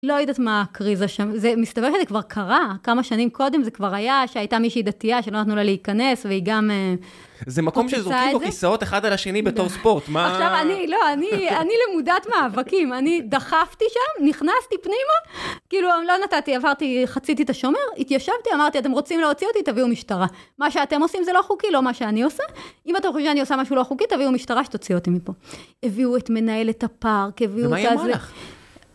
לא יודעת מה הקריזה שם, זה מסתבר שזה כבר קרה, כמה שנים קודם זה כבר היה, שהייתה מישהי דתייה, שלא נתנו לה להיכנס, והיא גם... זה מקום שזוכית, או כיסאות אחת על השני בתור ספורט, מה... עכשיו אני, לא, אני למודת מאבקים, אני דחפתי שם, נכנסתי פנימה, כאילו, לא נתתי, עברתי חצית את השומר, התיישבתי, אמרתי, אתם רוצים להוציא אותי, תביאו משטרה. מה שאתם עושים זה לא חוקי, לא מה שאני עושה. אם אתה חושב שאני עושה משהו לא חוקי, תביאו משטרה שתוציאו אותי מפה. הביאו את מנהלת הפארק, הביאו את ה... ומה היא אמרה לך?